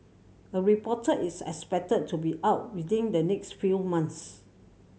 a reporter is expected to be out within the next few months